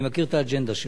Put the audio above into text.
אני מכיר את האג'נדה שלו.